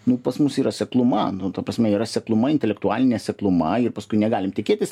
nu pas mus yra sekluma nu ta prasme yra sekluma intelektualinė sekluma ir paskui negalim tikėtis